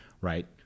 Right